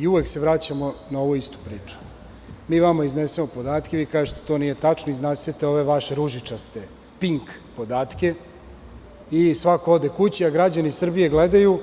I uvek se vraćamo na ovu istu priču – mi vama iznesemo podatke, vi kažete da to nije tačno i iznosite ove vaše, ružičaste, pink podatke i svako ode kući, a građani Srbije gledaju